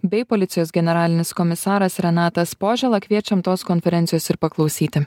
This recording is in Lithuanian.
bei policijos generalinis komisaras renatas požėla kviečiam tos konferencijos ir paklausyti